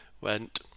went